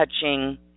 touching